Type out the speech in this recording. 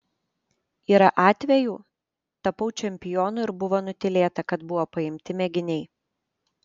yra atvejų tapau čempionu ir buvo nutylėta kad buvo paimti mėginiai